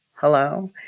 Hello